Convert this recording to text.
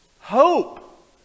Hope